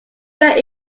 that